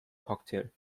cocktail